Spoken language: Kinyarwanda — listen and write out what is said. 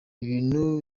ibintu